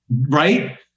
right